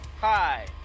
Hi